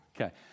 Okay